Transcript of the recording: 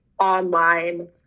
Online